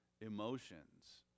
emotions